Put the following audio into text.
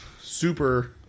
super